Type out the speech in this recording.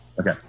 Okay